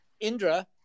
Indra